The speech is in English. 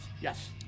Yes